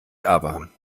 aber